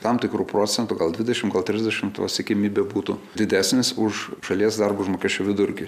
tam tikru procentu gal dvidešim trisdešimt ta siekiamybė būtų didesnis už šalies darbo užmokesčio vidurkį